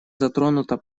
затронута